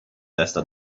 testa